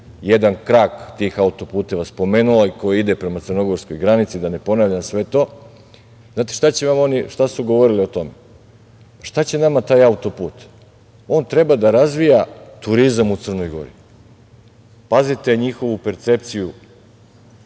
jedan krak tih auto-puteva spomenula, koji ide prema Crnogorskoj granici, da ne ponavljam sve to. Znate šta su oni govorili o tome, šta će nama taj auto-put, on treba da razvija turizam u Crnoj Gori. Pazite, njihovu percepciju,